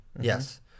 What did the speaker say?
Yes